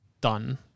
done